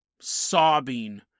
sobbing